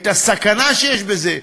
את הסכנה שיש בזה.